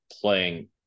playing